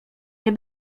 nie